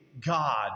God